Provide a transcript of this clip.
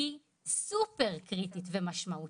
היא סופר קריטית ומשמעותית.